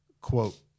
quote